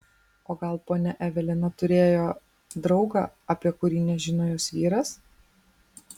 o gal ponia evelina turėjo draugą apie kurį nežino jos vyras